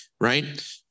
Right